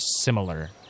similar